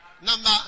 Number